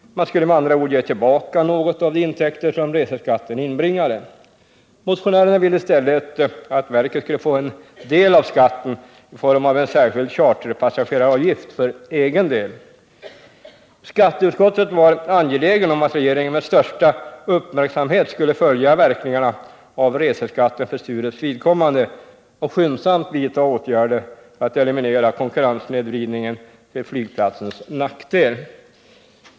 Man skulle med andra ord ge tillbaka något av de intäkter som reseskatten inbringande. Motionärerna ville i stället att verket skulle få en del av skatten i form av en särskild charterpassageraravgift. Skatteutskottet framhöll angelägenheten av att regeringen med största uppmärksamhet skulle följa verkningarna av reseskatterna för Sturups vidkommande och skyndsamt vidta åtgärder för att eliminera konkurrenssnedvridningen till flygplatsens nackdel.